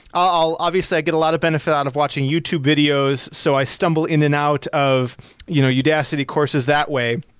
obviously, i get a lot of benefit out of watching youtube videos, so i stumble in and out of you know yeah audacity courses that way.